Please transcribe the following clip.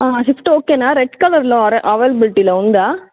Swift ఓకేనా red కలర్లో అ అవైలబిలిటీలో ఉందా